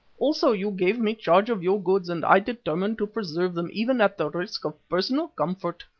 also you gave me charge of your goods and i determined to preserve them even at the risk of personal comfort.